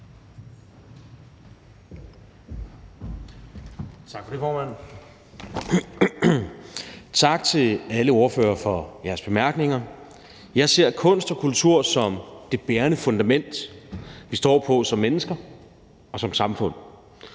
Tak for det, formand, og tak til alle ordførerne for deres bemærkninger. Jeg ser kunst og kultur som det bærende fundament, vi står på som mennesker og som samfund.